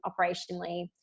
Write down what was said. operationally